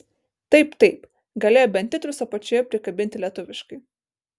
taip taip galėjo bent titrus apačioje prikabinti lietuviškai